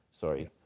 sorry